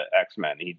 X-Men